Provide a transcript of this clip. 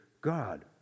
God